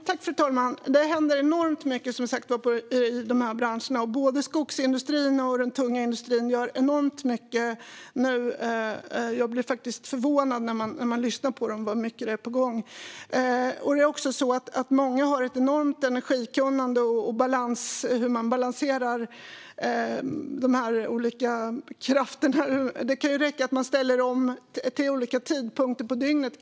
Fru talman! Det händer enormt mycket, som sagt, i dessa branscher. Både skogsindustrin och den tunga industrin gör enormt mycket nu. Jag blir faktiskt förvånad när jag lyssnar på dem hur mycket som är på gång. Många har ett enormt energikunnande och kunnande om hur man balanserar dessa olika kraftslag. Det kan räcka att man ställer om till olika tidpunkter på dygnet.